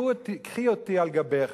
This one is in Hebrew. קחי אותי על גבך.